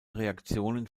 reaktionen